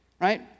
right